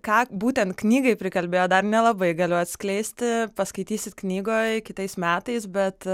ką būtent knygai prikalbėjo dar nelabai galiu atskleisti paskaitysit knygoj kitais metais bet